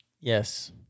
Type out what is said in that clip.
Yes